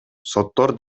соттор